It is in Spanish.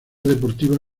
deportiva